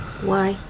why?